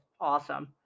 awesome